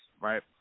right